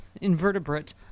invertebrate